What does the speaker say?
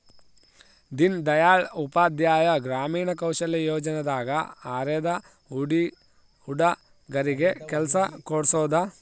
ದೀನ್ ದಯಾಳ್ ಉಪಾಧ್ಯಾಯ ಗ್ರಾಮೀಣ ಕೌಶಲ್ಯ ಯೋಜನೆ ದಾಗ ಅರೆದ ಹುಡಗರಿಗೆ ಕೆಲ್ಸ ಕೋಡ್ಸೋದ